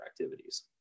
activities